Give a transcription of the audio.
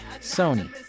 Sony